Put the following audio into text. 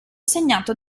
segnato